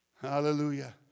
Hallelujah